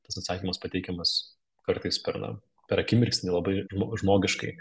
tas atsakymas pateikiamas kartais per na per akimirksnį labai žmo žmogiškai